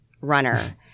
runner